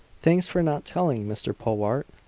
thanks for not telling mr. powart,